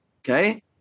Okay